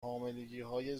حاملگیهای